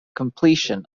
completion